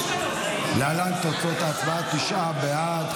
להלן תוצאות ההצבעה: תשעה בעד,